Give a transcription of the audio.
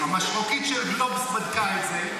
המשרוקית של גלובס בדקה את זה,